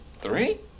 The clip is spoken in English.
Three